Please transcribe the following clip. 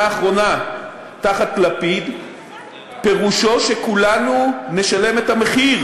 האחרונה תחת לפיד פירושו שכולנו נשלם את המחיר.